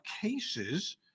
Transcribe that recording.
cases